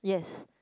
yes